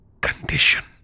condition